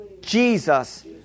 Jesus